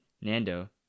Nando